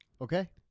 Okay